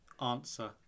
Answer